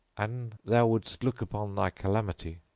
an thou wouldst look upon thy calamity,